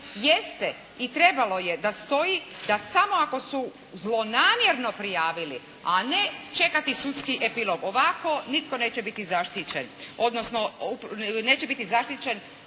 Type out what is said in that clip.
jeste i trebalo je da stoji da samo ako su zlonamjerno prijavili, a ne čekati sudski epilog. Ovako nitko neće biti zaštićen, odnosno neće biti zaštićeni